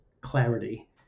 clarity